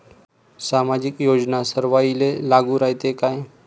सामाजिक योजना सर्वाईले लागू रायते काय?